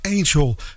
Angel